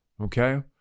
okay